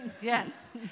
yes